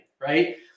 right